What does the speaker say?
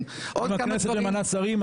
אם הכנסת ממנה שרים,